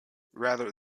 rather